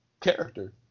character